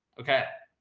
okay.